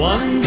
One